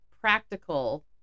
practical